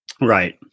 right